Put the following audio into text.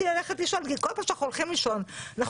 כי כל פעם שאנחנו הולכים לישון אנחנו